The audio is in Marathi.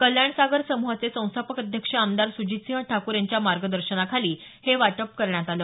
कल्याणसागर समूहाचे संस्थापक अध्यक्ष आमदार सुजितसिंह ठाकूर यांच्या मार्गदर्शनाखाली हे वाटप करण्यात आलं